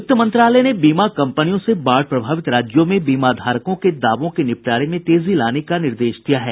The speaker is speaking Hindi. वित्त मंत्रालय ने बीमा कम्पनियों से बाढ़ प्रभावित राज्यों में बीमा धारकों के दावों के निपटारे में तेजी लाने का निर्देश दिया है